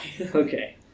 Okay